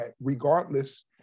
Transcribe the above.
regardless